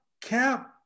cap